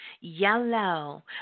Yellow